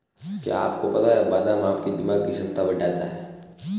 क्या आपको पता है बादाम आपकी दिमागी क्षमता बढ़ाता है?